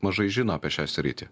bet mažai žino apie šią sritį